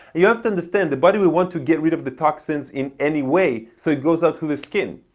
you have to understand the body will want to get rid of the toxins in any way, so it goes out through the skin.